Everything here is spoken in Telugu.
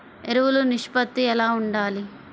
ఎరువులు నిష్పత్తి ఎలా ఉండాలి?